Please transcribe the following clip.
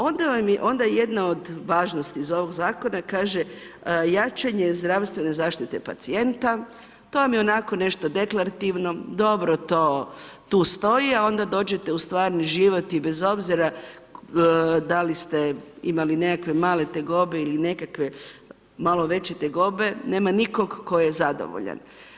Onda je jedna od važnosti iz ovog zakona kaže jačanje zdravstvene zaštite pacijenta, to vam je onako nešto deklarativno, dobro to tu stoji, a onda dođete u stvarni život i bez obzira da li ste imali nekakve male tegobe ili nekakve malo veće tegobe, nema nikog tko je zadovoljan.